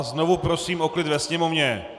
Znovu prosím o klid ve sněmovně.